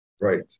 Right